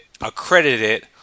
accredited